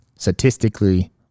Statistically